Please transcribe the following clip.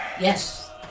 Yes